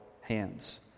hands